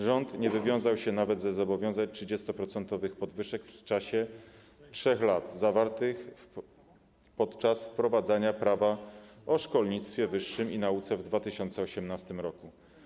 Rząd nie wywiązał się nawet ze zobowiązań 30-procentowych podwyżek w czasie 3 lat zawartych podczas wprowadzania Prawa o szkolnictwie wyższym i nauce w 2018 r.